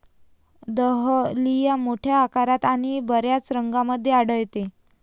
dahlia मोठ्या आकारात आणि बर्याच रंगांमध्ये आढळते